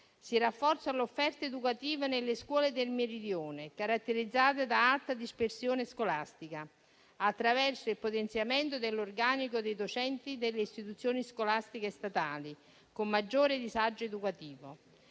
Si rafforza l'offerta educativa nelle scuole del Meridione, caratterizzate da alta dispersione scolastica, attraverso il potenziamento dell'organico dei docenti delle istituzioni scolastiche statali con maggior disagio educativo.